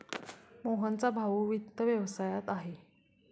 मोहनचा भाऊ वित्त व्यवसायात आहे